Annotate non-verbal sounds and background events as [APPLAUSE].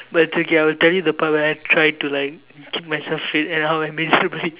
but it's okay I will tell you the part where I try to like keep myself fit and how I miserably [LAUGHS]